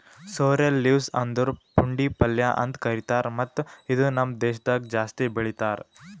sorrel leaves ಅಂದುರ್ ಪುಂಡಿ ಪಲ್ಯ ಅಂತ್ ಕರಿತಾರ್ ಮತ್ತ ಇದು ನಮ್ ದೇಶದಾಗ್ ಜಾಸ್ತಿ ಬೆಳೀತಾರ್